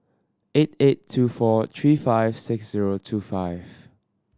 eight eight two four three five six zero two five